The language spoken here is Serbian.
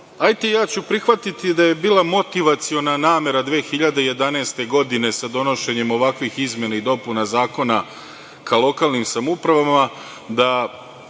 hajte, ja ću prihvatiti da je bila motivaciona namera 2011. godine sa donošenjem ovakvih izmena i dopuna zakona ka lokalnim samoupravama,